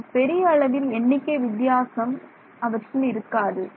அவை பெரிய அளவில் எண்ணிக்கை வித்தியாசம் அவற்றில் இருக்காது